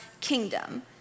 kingdom